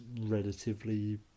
relatively